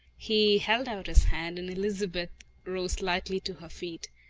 he held out his hand and elizabeth rose lightly to her feet.